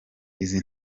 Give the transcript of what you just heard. izi